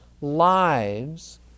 lives